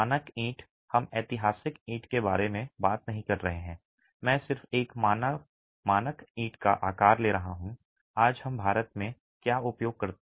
मानक ईंट हम ऐतिहासिक ईंट के बारे में बात नहीं कर रहे हैं मैं सिर्फ एक मानक ईंट का आकार ले रहा हूं आज हम भारत में क्या उपयोग करते हैं